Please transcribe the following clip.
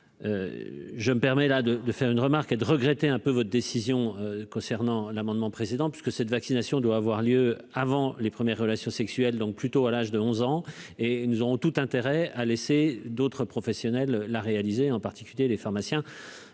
Je me permets là de de faire une remarque et de regretter un peu votre décision concernant l'amendement précédent parce que cette vaccination doit avoir lieu avant les premières relations sexuelles donc plutôt à l'âge de 11 ans et ils nous auront tout intérêt à laisser d'autres professionnels là réalisé en particulier, les pharmaciens,